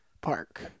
Park